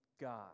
God